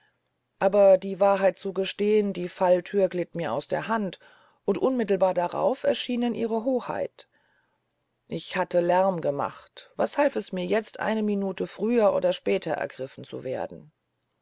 aber die wahrheit zu gestehn die fallthüre glitt mir aus der hand und unmittelbar darauf erschienen ihre hoheit ich hatte lärm gemacht was half es mir jetzt eine minute früher oder später ergriffen zu werden